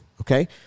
okay